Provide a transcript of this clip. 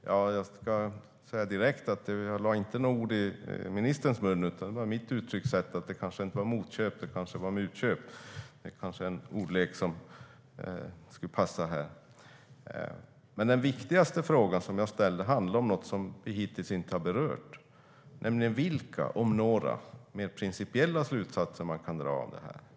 Fru talman! Jag vill direkt säga att jag inte lade några ord i ministerns mun, utan det var mitt uttryckssätt att det kanske inte var motköp utan mutköp. Den ordleken skulle kanske passa här. Den viktigaste frågan jag ställde handlade om något som vi hittills inte har berört, nämligen: Vilka - om några - mer principiella slutsatser som man kan dra av det inträffade?